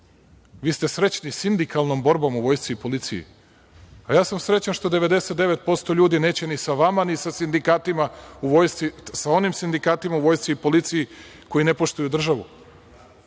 vi ste srećni sindikalnom borbom u vojsci i policiji, a ja sam srećan što 99% ljudi neće ni sa vama, ni sa onim sindikatima u vojsci i policiji, koji ne poštuju državu.